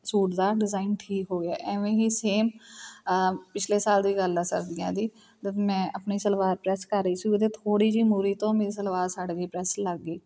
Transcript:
suit ਦਾ design ਠੀਕ ਹੋ ਗਿਆ ਐਵੇਂ ਹੀ ਸੇਮ ਪਿਛਲੇ ਸਾਲ ਦੀ ਗੱਲ ਆ ਸਰਦੀਆਂ ਦੀ ਜਦ ਮੈਂ ਆਪਣੀ ਸਲਵਾਰ ਪ੍ਰੈੱਸ ਕਰ ਰਹੀ ਸੀ ਉਹਦੇ ਥੋੜ੍ਹੀ ਜਿਹੀ ਮੂਰੀ ਤੋਂ ਮੇਰੀ ਸਲਵਾਰ ਸੜ ਗਈ ਪ੍ਰੈੱਸ ਲੱਗ ਗਈ